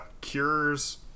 cures